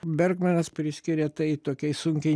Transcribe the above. bergmanas priskiria tai tokiai sunkiai